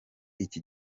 iki